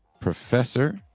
professor